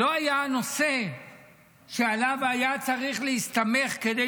לא היה נושא שעליו היה צריך להסתמך כדי